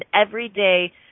everyday